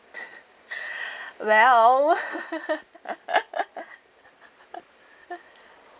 well